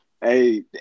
Hey